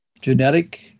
genetic